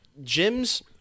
gyms